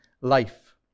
life